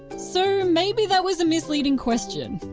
so maybe that was a misleading question.